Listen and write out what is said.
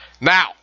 Now